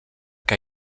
que